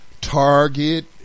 target